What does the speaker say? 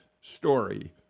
story